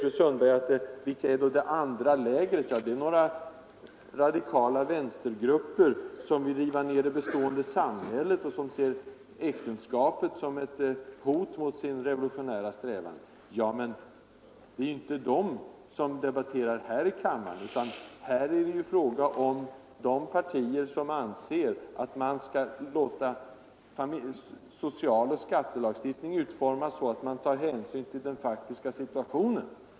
Fru Sundberg säger att ”det andra lägret” utgörs av några radikala vänstergrupper som vill riva ned det bestående samhället och som ser äktenskapet som ett hot mot sin revolutionära strävan. Ja, men det är ju inte dem ni debatterar med här i kammaren. Här är det fråga om partier som anser att socialoch skattelagstiftningen skall utformas så att man tar hänsyn till den faktiska situationen.